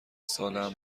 سالهام